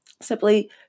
simply